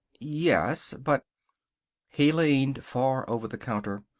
yes, but he leaned far over the counter.